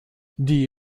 die